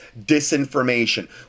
disinformation